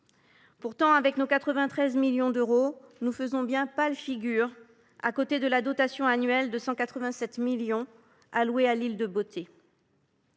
Pourtant, avec nos 93 millions d’euros, nous faisons bien pâle figure à côté de la dotation annuelle de 187 millions d’euros allouée à l’île de Beauté.